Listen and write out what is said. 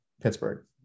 Pittsburgh